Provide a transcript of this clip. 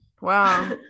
Wow